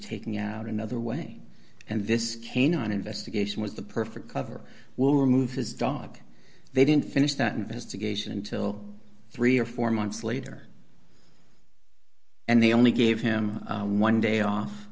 taking out another way and this canine investigation was the perfect cover will remove his dog they didn't finish that investigation until three or four months later and they only gave him one day off